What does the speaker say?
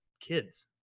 kids